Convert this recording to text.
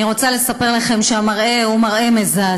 אני רוצה לספר לכם שהמראה הוא מזעזע,